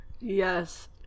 Yes